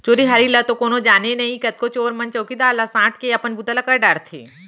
चोरी हारी ल तो कोनो जाने नई, कतको चोर मन चउकीदार ला सांट के अपन बूता कर डारथें